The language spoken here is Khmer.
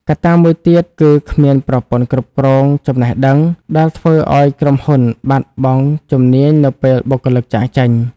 កត្តាមួយទៀតគឺ គ្មានប្រព័ន្ធគ្រប់គ្រងចំណេះដឹង ដែលធ្វើឱ្យក្រុមហ៊ុនបាត់បង់ជំនាញនៅពេលបុគ្គលិកចាកចេញ។